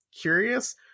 curious